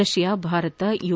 Russia Bharat you